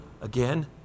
again